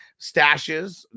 Stashes